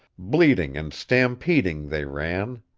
bleating and stampeding, they ran.